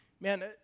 man